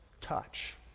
touch